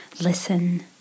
listen